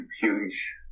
huge